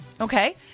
Okay